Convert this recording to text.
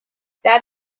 that